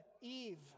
Eve